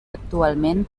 actualment